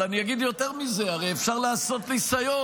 אבל אני אגיד יותר מזה, הרי אפשר לעשות ניסיון.